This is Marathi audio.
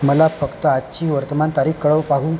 मला फक्त आजची वर्तमान तारीख कळव पाहू